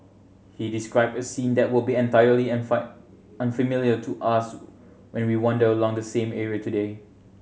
he described a scene that will be entirely unfamiliar to us when we wander along the same area today